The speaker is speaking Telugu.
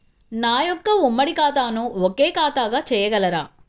నా యొక్క ఉమ్మడి ఖాతాను ఒకే ఖాతాగా చేయగలరా?